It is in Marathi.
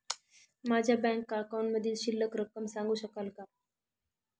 माझ्या बँक अकाउंटमधील शिल्लक रक्कम सांगू शकाल का?